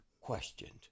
questioned